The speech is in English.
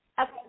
Okay